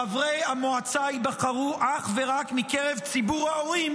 חברי המועצה ייבחרו אך ורק מקרב ציבור ההורים